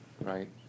Right